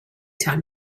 time